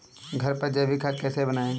घर पर जैविक खाद कैसे बनाएँ?